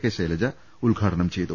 K Shailaja ഉദ്ഘാടനം ചെയ്തു